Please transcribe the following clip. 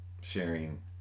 sharing